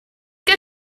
got